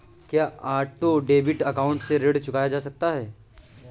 क्या auto debit account से ऋण चुकाया जा सकता है?